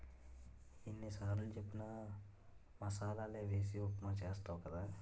ఎన్ని సారులు చెప్పిన మసాలలే వేసి ఉప్మా చేస్తావు కదా